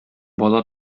бала